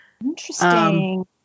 Interesting